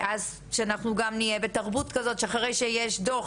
אז שאנחנו גם נהיה בתרבות כזאת שאחרי שיש דוח